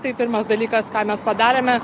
tai pirmas dalykas ką mes padarėme